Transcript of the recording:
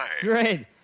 Great